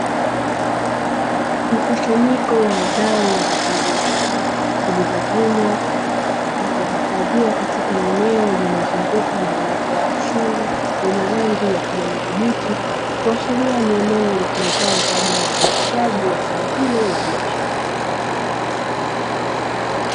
Mkusanyiko wa zao la vitunguu maji, vilivyovunwa na kuhifadhiwa katika eneo lililozungukwa na uoto wa asili wenye rangi ya kijani kibichi, ikiashiria ni eneo linalotumika kwa ajili ya uzalishaji wa zao hilo la biashara.